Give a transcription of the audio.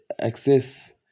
access